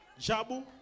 Jabu